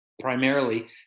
primarily